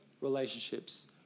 relationships